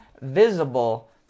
visible